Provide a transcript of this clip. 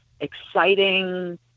exciting